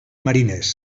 mariners